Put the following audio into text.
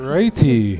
Righty